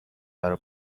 برا